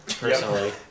Personally